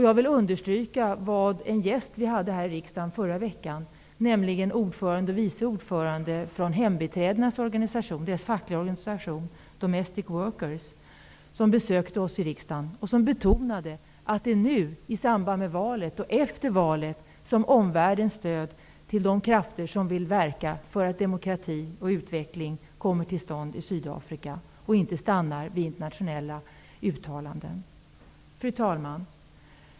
Jag vill understryka vad några gäster som vi hade här i riksdagen förra veckan sade. Det var ordföranden och vice ordföranden från hembiträdenas fackliga organisation, Domestic workers. De betonade att det är nu, i samband med valet och efter valet, som omvärldens stöd till de krafter som vill verka för att demokrati och utveckling kommer till stånd är viktigt. Det får inte stanna vid internationella uttalanden. Fru talman!